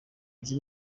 nzi